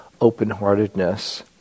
open-heartedness